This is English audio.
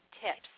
tips